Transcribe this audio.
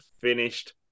finished